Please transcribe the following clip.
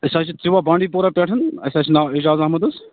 أسۍ حظ چھِ ژِوا بانڈی پورہ پیٚٹھ اسہ حظ چھُ ناو اعجاز احمد حظ